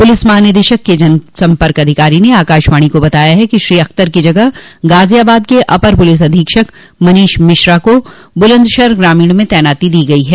police महानिदेशक के जनसम्पर्क अधिकारी ने आकाशवाणी को बताया है कि श्री अख़्तर की जगह गाजियाबाद के अपर पुलिस अधीक्षक मनीष मिश्रा को बुलंदशहर ग्रामीण में तैनाती दी गयी है